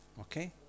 Okay